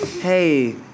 Hey